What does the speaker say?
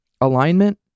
alignment